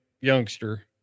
youngster